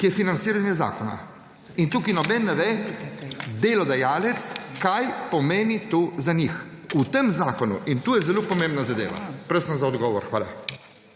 ki je financiranje zakona in tukaj nobeden ne ve, delodajalec, kaj pomeni to za njih. V tem zakonu in to je zelo pomembna zadeva. Prosim za odgovor. Hvala.